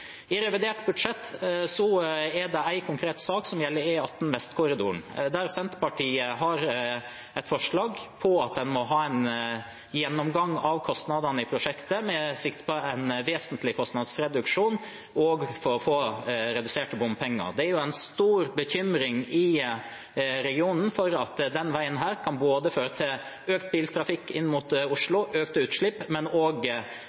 I revidert budsjett er det en konkret sak som gjelder E18 Vestkorridoren, der Senterpartiet har et forslag om at en må ha en gjennomgang av kostnadene i prosjektet med sikte på en vesentlig kostnadsreduksjon, også for å få reduserte bompenger. Det er en stor bekymring i regionen for at denne veien både kan føre til økt biltrafikk inn mot Oslo, økte utslipp og